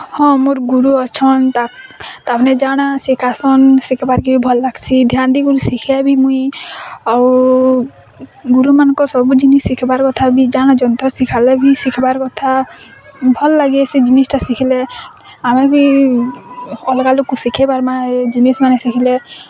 ହଁ ମୋର୍ ଗୁରୁ ଅଛନ୍ ତା ତମେ ଜାଣା ଶିଖାସନ୍ ଶିଖିବାର୍ କେ ଭଲ୍ ଲାଗ୍ସି ଧ୍ୟାନ୍ ଦେଇକରି ଶିଖେ ବି ମୁଇଁ ଆଉ ଗୁରୁମାନଙ୍କର୍ ସବୁ ଜିନିଷ୍ ଶିଖ୍ବାର୍ କଥା ବି ଜାଣା ଯେନ୍ତା ଶିଖାଲେ ବି ଶିଖ୍ବାର୍ କଥା ଭଲ୍ ଲାଗେ ସେ ଜିନିଷ୍ଟା ଶିଖ୍ଲେ ଆମେ ବି ଅଲଗା ଲୋକ୍ ଶିଖେଇବାର୍ ମା ଜିନିଷ୍ମାନେ ଶିଖିଲେ